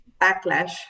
backlash